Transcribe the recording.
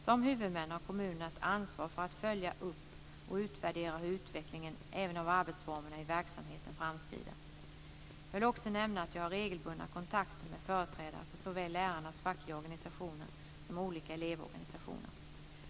Som huvudmän har kommunerna ett ansvar för att följa upp och utvärdera hur utvecklingen även av arbetsformerna i verksamheten framskrider. Jag vill också nämna att jag har regelbundna kontakter med företrädare för såväl lärarnas fackliga organisationer som olika elevorganisationer.